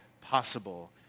possible